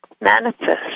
manifest